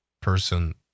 person